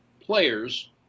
players